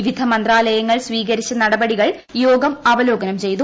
വിവിധ മന്ത്രാലയങ്ങൾ സ്വീകരിച്ച നടപടികൾ യോഗം അവലോകനം ചെയ്തു